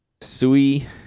Sui